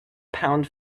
pound